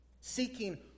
Seeking